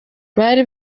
bari